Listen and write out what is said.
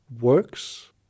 works